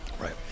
right